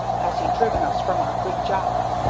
has he driven us from our good job.